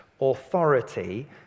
authority